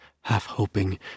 half-hoping